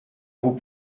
vos